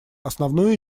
основную